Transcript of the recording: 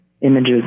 images